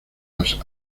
las